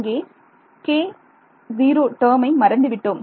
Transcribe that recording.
இங்கே k0 டேர்மை மறந்து விட்டோம்